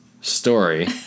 story